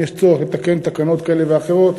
אם יש צורך לתקן תקנות כאלה ואחרות